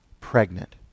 pregnant